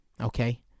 Okay